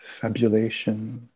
fabulation